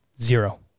Zero